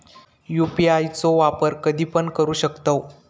UPI चो वापर कधीपण करू शकतव?